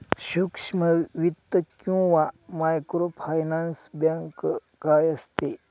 सूक्ष्म वित्त किंवा मायक्रोफायनान्स बँक काय असते?